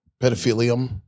pedophilia